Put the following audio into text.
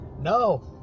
No